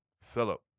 Philip